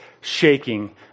shaking